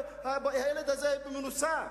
הילד במנוסה,